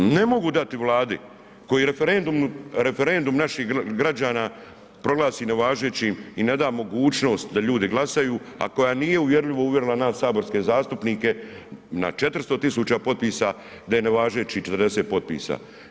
Ne mogu dati Vladi koji referendum naših građana proglasi nevažećim i ne da mogućnost da ljudi glasaju a koja nije uvjerljivo uvjerila nas saborske zastupnike na 400 000 potpisa da je nevažećih 40 potpisa.